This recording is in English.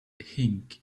ink